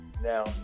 Now